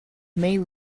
may